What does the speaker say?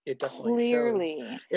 Clearly